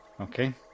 Okay